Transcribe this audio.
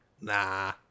Nah